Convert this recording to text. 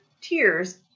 tears